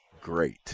great